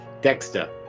Dexter